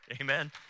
Amen